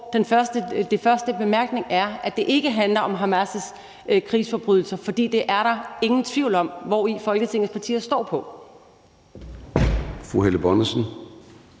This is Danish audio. den første bemærkning er, at det ikke handler om Hamas' krigsforbrydelser, for der er der ingen tvivl om, hvor Folketingets partier står.